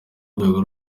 rwego